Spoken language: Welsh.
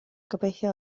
gobeithio